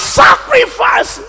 sacrifice